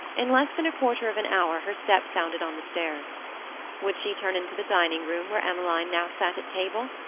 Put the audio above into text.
in less than a quarter of an hour her step sounded on the stairs would she turn into the dining-room, where emmeline now sat at table?